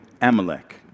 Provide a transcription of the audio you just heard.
Amalek